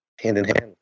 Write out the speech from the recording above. hand-in-hand